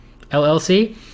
LLC